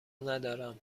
ندارم